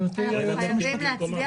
גברתי היועצת המשפטית?